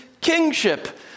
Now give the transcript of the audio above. kingship